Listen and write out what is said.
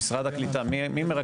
למציאת מקור תקציבי להמשך